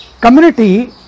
Community